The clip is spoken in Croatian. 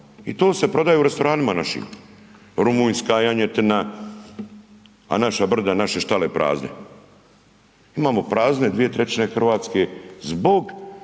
i to se prodaje u restoranima našim. Rumunjska janjetina, a naša brda, naše štale prazne, imamo prazne dvije trećine Hrvatske zbog